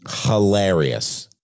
hilarious